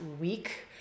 week